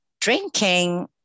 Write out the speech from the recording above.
Drinking